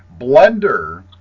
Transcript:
Blender